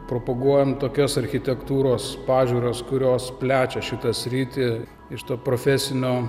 propaguojam tokios architektūros pažiūras kurios plečia šitą sritį iš profesinio